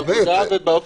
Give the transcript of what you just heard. באמת.